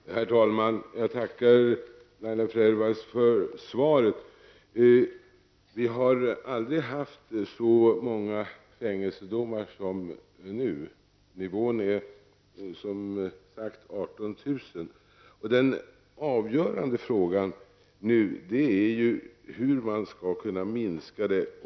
Herr talman! Jag tackar Laila Freivalds för svaret. Antalet fängelsedomar har aldrig varit så stort som nu. Under den senaste femårsperioden har, som sagts, närmare 18 000 personer per år dömts till fängelse. En avgörande fråga nu är hur man skall kunna minska detta antal.